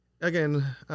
again